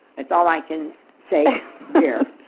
that's all i can say here.